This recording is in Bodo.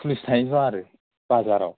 पुलिस थायोथ' आरो बाजाराव